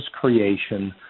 creation